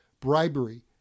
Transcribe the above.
bribery